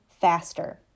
faster